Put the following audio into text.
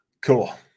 cool